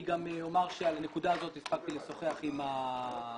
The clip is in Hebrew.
אני גם אומר שעל הנקודה הזאת הספקתי לשוחח עם המפקח